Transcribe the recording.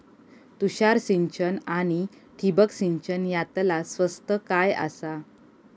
तुषार सिंचन आनी ठिबक सिंचन यातला स्वस्त काय आसा?